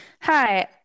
Hi